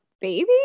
baby